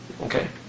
okay